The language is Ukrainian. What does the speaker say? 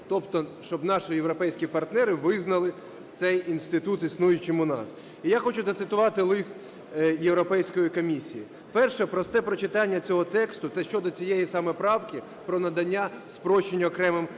тобто щоб наші європейські партнери визнали цей інститут існуючим у нас. І я хочу зацитувати лист Європейської комісії. "Перше просте прочитання цього тексту щодо цієї саме правки про надання спрощення окремим особам